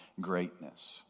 greatness